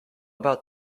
about